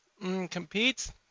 competes